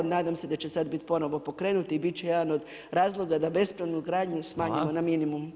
Nadam se da će sad biti ponovno pokrenuti i biti će jedan od razloga da bespravnu gradnju smanjimo na minimumu.